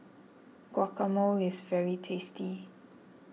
Guacamole is very tasty